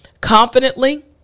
confidently